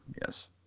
Yes